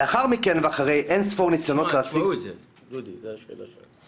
לאחר מכן ואחרי אין ספור ניסיונות ------ זה הבעלויות.